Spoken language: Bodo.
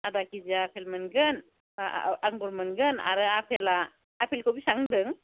आदा किजि आपेल मोनगोन आंगुर मोनगोन आरो आपेला आपेलखौ बेसेबां होनदों